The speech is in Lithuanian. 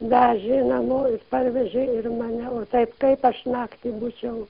vežė namo parvežė mane o taip taip aš naktį būčiau